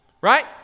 right